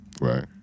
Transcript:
right